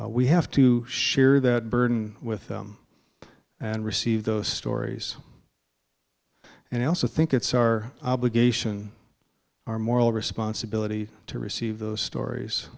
war we have to share that burden with them and receive those stories and i also think it's our obligation our moral responsibility to receive those stories